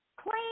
clean